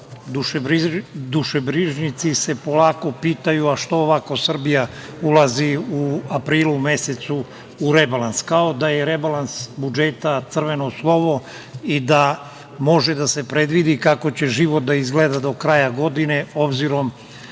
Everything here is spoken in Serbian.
dušebrižnici se polako pitaju – što ovako Srbija ulazi u aprilu mesecu u rebalans, kao da je rebalans budžeta crveneo slovo i da može da se predvidi kako će život da izgleda do kraja godine. Obzirom